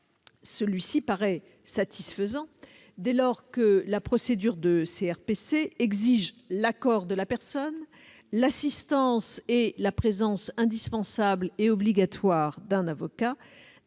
Celui-ci paraît satisfaisant dès lors que la procédure de CRPC exige l'accord de la personne, l'assistance et la présence indispensable et obligatoire d'un avocat,